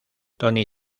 tony